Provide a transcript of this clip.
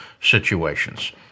situations